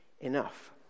enough